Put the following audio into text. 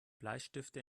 bleistifte